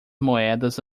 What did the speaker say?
moedas